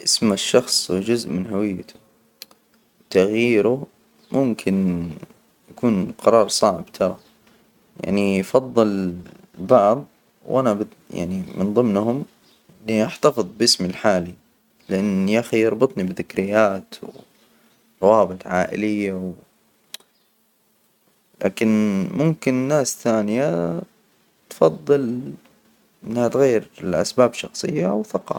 إسم الشخص جزء من هويته، تغييره ممكن يكون قرار صعب، ترى يعني يفضل البعض، وأنا يعني من ضمنهم إني أحتفظ باسمي الحالي، لأن يا أخي يربطني بذكريات و روابط عائلية و لكن ممكن ناس ثانيه تفضل إنها تغير لأسباب شخصية أو ثقافة.